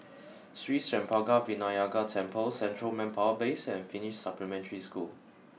Sri Senpaga Vinayagar Temple Central Manpower Base and Finnish Supplementary School